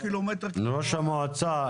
ראש המועצה,